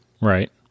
right